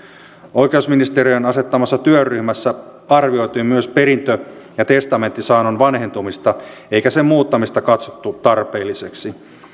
oikeusministeriön asettamassa työryhmässä arvioitiin myös perintö ja testamenttisaannon vanhentumista eikä sen muuttamista katsottu tarpeelliseksi